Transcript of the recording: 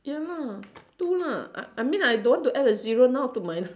ya lah two lah I I mean I don't want to add a zero now to my